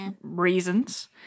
reasons